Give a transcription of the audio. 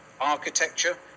architecture